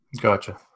Gotcha